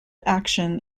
action